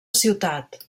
ciutat